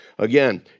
Again